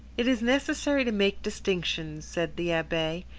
it is necessary to make distinctions, said the abbe.